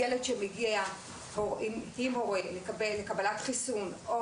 ילד שמגיע לקבל חיסון או